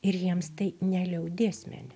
ir jiems tai ne liaudiesmenis